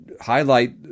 highlight